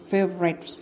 Favorite